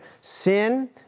Sin